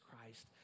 Christ